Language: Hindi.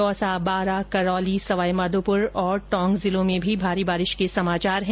दौसा बारां करौली ॅसवाई माधोपुर और टोंक जिलों में भारी बारिश के समाचार है